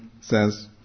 says